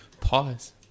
Pause